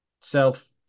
self